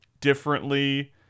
differently